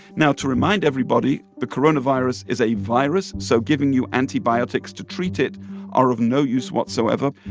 now, to remind everybody, the coronavirus is a virus, so giving you antibiotics to treat it are of no use whatsoever.